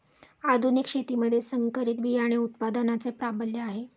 आधुनिक शेतीमध्ये संकरित बियाणे उत्पादनाचे प्राबल्य आहे